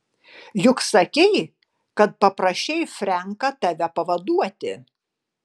juk sakei kad paprašei frenką tave pavaduoti